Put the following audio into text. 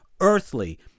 Earthly